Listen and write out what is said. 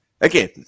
again